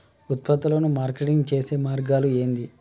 ఉత్పత్తులను మార్కెటింగ్ చేసే మార్గాలు ఏంది?